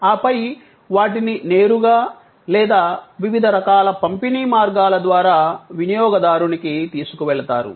ఆపై వాటిని నేరుగా లేదా వివిధ రకాల పంపిణీ మార్గాల ద్వారా వినియోగదారునికి తీసుకువెళతారు